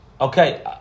okay